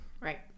Right